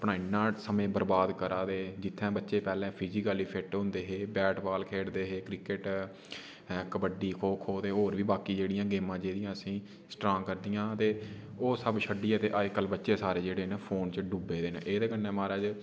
अपना इ'न्ना समें बरबाद करा दे जि'त्थें बच्चे पैह्लें फिजिकली फिट होंदे हे बैट बॉल खेढ़दे हे क्रिकेट कबड्डी खो खो ते होर बी बाकि जेह्ड़ियां गेमां जेह्दियां असें ई स्ट्रांग करदियां ते ओह् सब छड्डियै ते अज्ज कल बच्चे सारे फोन च डुब्बे दे न ते एह्दे कन्नै म्हाराज